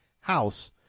house